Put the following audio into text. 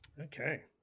Okay